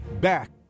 back